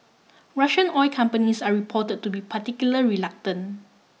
Russian oil companies are reported to be particularly reluctant